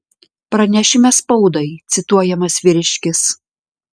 pranešime spaudai cituojamas vyriškis